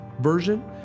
version